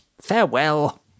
Farewell